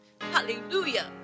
Hallelujah